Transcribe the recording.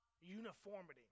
uniformity